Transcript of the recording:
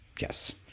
Yes